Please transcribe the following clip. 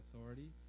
authority